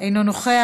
אינו נוכח.